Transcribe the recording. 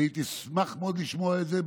אני אשמח מאוד לשמוע את זה,